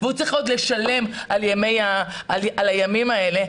והוא צריך עוד לשלם על הימים האלה,